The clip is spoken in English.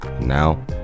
Now